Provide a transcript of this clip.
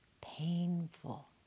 Painful